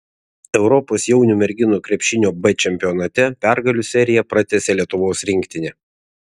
europos jaunių merginų krepšinio b čempionate pergalių seriją pratęsė lietuvos rinktinė